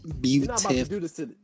Beautiful